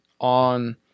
on